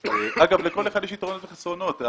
אגב, לכל אחד יש יתרונות וחסרונות.